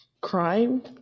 crime